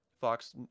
Fox